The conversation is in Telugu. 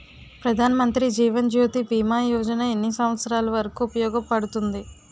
ప్రధాన్ మంత్రి జీవన్ జ్యోతి భీమా యోజన ఎన్ని సంవత్సారాలు వరకు ఉపయోగపడుతుంది?